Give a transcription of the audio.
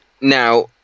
Now